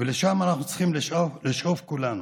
ולשם אנחנו צריכים לשאוף כולנו.